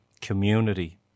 community